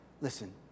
listen